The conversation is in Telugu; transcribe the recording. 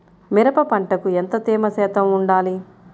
మిరప పంటకు ఎంత తేమ శాతం వుండాలి?